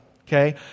okay